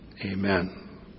Amen